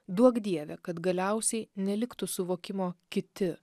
duok dieve kad galiausiai neliktų suvokimo kiti